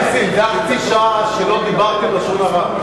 נסים, זה היה חצי שעה שלא דיברתם לשון הרע.